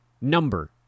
number